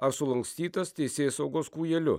ar sulankstytas teisėsaugos kūjeliu